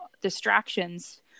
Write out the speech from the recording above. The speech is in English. distractions